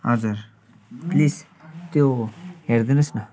हजुर प्लिज त्यो हेरिदिनुहोस् न